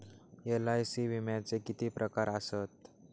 LIC विम्याचे किती प्रकार आसत?